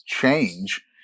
change